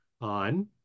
on